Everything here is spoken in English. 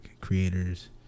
creators